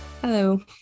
Hello